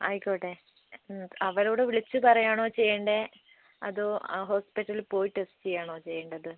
ആയിക്കോട്ടെ അവരോട് വിളിച്ചു പറയുകയാണോ ചെയ്യണ്ടത് അതോ ഹോസ്പിറ്റലിൽ പോയി ടെസ്റ്റ് ചെയ്യുകയാണോ വേണ്ടത്